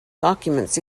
documents